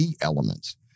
elements